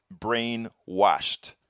brainwashed